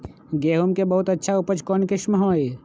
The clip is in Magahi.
गेंहू के बहुत अच्छा उपज कौन किस्म होई?